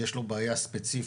יש לו בעיה ספציפית,